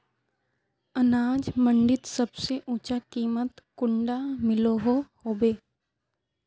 अनाज मंडीत सबसे ऊँचा कीमत कुंडा मिलोहो होबे?